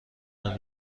نمی